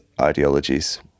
ideologies